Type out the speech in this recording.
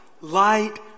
light